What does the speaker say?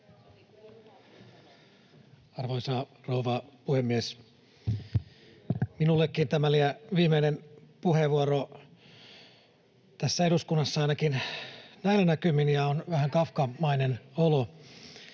Arvoisa rouva puhemies! Minullekin tämä lienee viimeinen puheenvuoro tässä eduskunnassa, ainakin näillä näkymin, [Jenna Simula: